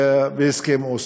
בהסכם אוסלו.